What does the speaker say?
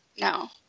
No